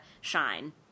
shine